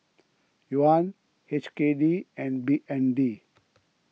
Yuan H K D and B N D